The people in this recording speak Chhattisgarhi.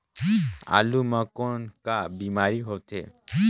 आलू म कौन का बीमारी होथे?